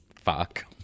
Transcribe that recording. fuck